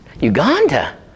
uganda